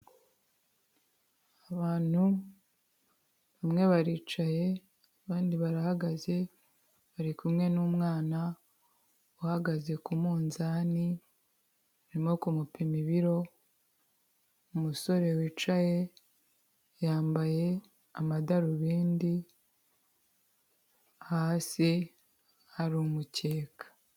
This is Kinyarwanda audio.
Abantu bamwe baricaye, abandi barahagaze, bari kumwe n'umwana uhagaze k'umunzani, barimo kumupima ibiro, umusore wicaye, yambaye amadarubindi, hasi hari umukeka.